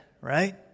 right